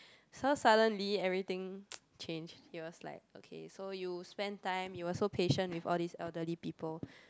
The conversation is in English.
so suddenly everything changed he was like okay so you spend time you also patient with all this elderly people